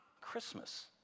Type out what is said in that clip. Christmas